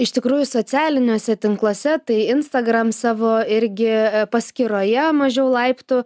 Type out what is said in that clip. iš tikrųjų socialiniuose tinkluose tai instagram savo irgi paskyroje mažiau laiptų